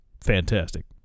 Fantastic